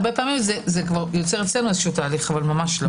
הרבה פעמים זה יוצר אצלנו תהליך, אבל ממש לא.